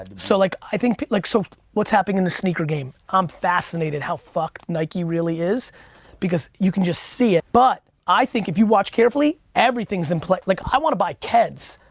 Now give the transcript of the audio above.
and so like i think like so what's happening in the sneaker game, i'm fascinated how fucked nike really is because you can just see it but i think if you watch carefully, everything's in place. like i wanna buy keds.